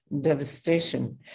devastation